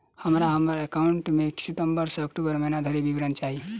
हमरा हम्मर एकाउंट केँ सितम्बर सँ अक्टूबर महीना धरि विवरण चाहि?